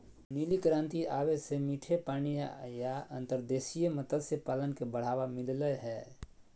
नीली क्रांति आवे से मीठे पानी या अंतर्देशीय मत्स्य पालन के बढ़ावा मिल लय हय